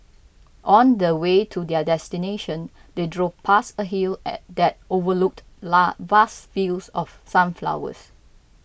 on the way to their destination they drove past a hill that overlooked vast fields of sunflowers